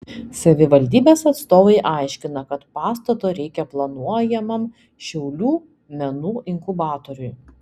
savivaldybės atstovai aiškina kad pastato reikia planuojamam šiaulių menų inkubatoriui